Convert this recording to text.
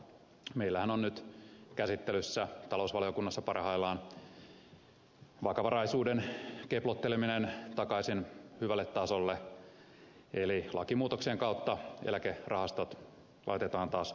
meillähän on nyt käsittelyssä talousvaliokunnassa parhaillaan vakavaraisuuden keplotteleminen takaisin hyvälle tasolle eli lakimuutoksien kautta eläkerahastot laitetaan taas vakavaraisen tittelin alle